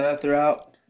throughout